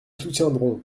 soutiendrons